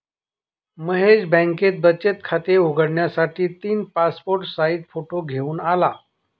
महेश बँकेत बचत खात उघडण्यासाठी तीन पासपोर्ट साइज फोटो घेऊन आला